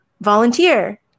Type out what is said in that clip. volunteer